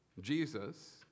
Jesus